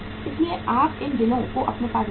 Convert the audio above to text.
इसलिए आप इन बिलों को अपने पास रखें